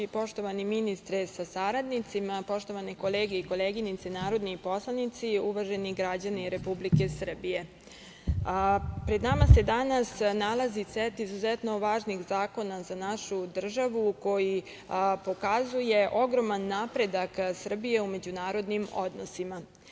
Poštovani ministre sa saradnicima, poštovane kolege i koleginice narodni poslanici, uvaženi građani REpublike Srbije, pred nama se danas nalazi set izuzetno važnih zakona za našu državu koji pokazuju ogroman napredak Srbije u međunarodnim odnosima.